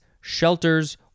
shelters